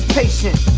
patient